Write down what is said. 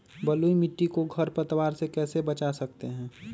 बलुई मिट्टी को खर पतवार से कैसे बच्चा सकते हैँ?